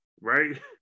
right